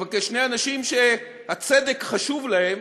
אבל כשני אנשים שהצדק חשוב להם,